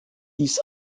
dies